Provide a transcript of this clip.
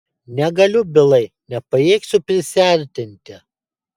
negaliu bilai nepajėgsiu prisiartinti